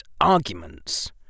arguments